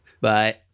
bye